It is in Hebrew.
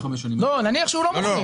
נניח שהוא לא מוכר.